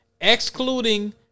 excluding